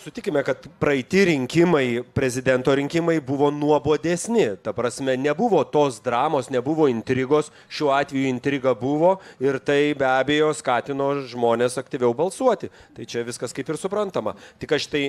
sutikime kad praeiti rinkimai prezidento rinkimai buvo nuobodesni ta prasme nebuvo tos dramos nebuvo intrigos šiuo atveju intriga buvo ir tai be abejo skatino žmones aktyviau balsuoti tai čia viskas kaip ir suprantama tik aš tai